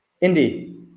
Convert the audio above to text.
Indy